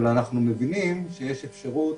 אבל אנחנו מבינים שיש אפשרות